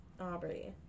Aubrey